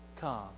come